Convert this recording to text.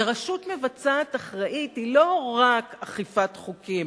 ורשות מבצעת אחראית היא לא רק אכיפת חוקים